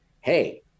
hey